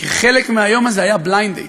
וכחלק מהיום הזה היה בליינד-דייט: